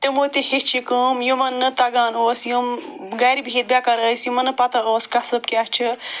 تِمو تہِ ہیٚچھ یہِ کٲم یِمن نہٕ تَگان اوس یِم گَرِ بِہِتھ بیٚکار ٲسۍ یِمن نہٕ پَتاہ ٲس قصب کیاہ چھُ